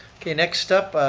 okay, next up,